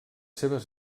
seves